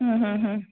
ಹ್ಞೂ ಹ್ಞೂ ಹ್ಞೂ